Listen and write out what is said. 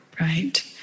Right